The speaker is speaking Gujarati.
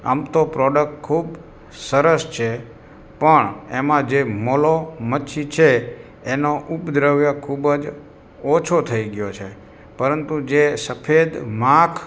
આમ તો પ્રોડક ખૂબ સરસ છે પણ એમાં જે મોલો મચ્છી છે એનો ઉપદ્રવ ખૂબ જ ઓછો થઇ ગયો છે પરંતુ જે સફેદ માખ